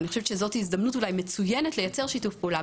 ואני חושבת שזו הזדמנות מצוינת לייצר שיתוף פעולה,